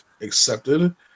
accepted